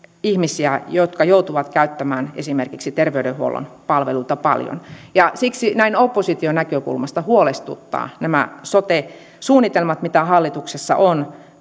ihmisiä jotka joutuvat käyttämään esimerkiksi terveydenhuollon palveluita paljon siksi näin opposition näkökulmasta huolestuttavat nämä sote suunnitelmat mitä hallituksessa on